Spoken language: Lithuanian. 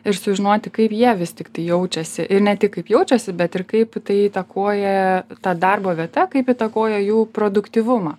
ir sužinoti kaip jie vis tiktai jaučiasi ir ne tik kaip jaučiasi bet ir kaip tai įtakoja ta darbo vieta kaip įtakoja jų produktyvumą